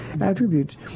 attributes